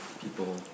people